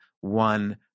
one